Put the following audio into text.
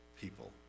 people